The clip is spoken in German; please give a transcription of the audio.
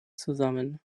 zusammen